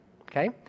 Okay